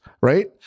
right